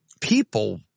people